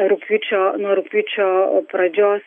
rugpjūčio nuo rugpjūčio pradžios